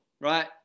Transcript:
right